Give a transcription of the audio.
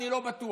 אני לא בטוח.